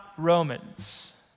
Romans